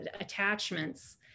attachments